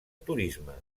turisme